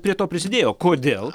prie to prisidėjo kodėl